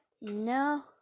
No